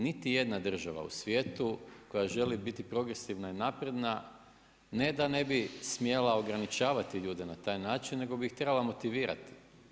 Niti jedna država u svijetu koja želi biti progresivna i napredna ne da ne bi smjela ograničavati ljude na taj način nego bi ih trebala motivirati.